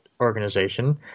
organization